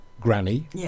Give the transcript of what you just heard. granny